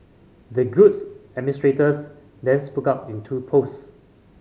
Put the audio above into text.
the group's administrators then spoke out in two post